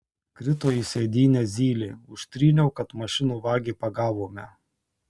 krito į sėdynę zylė užtryniau kad mašinų vagį pagavome